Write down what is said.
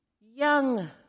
young